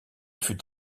fut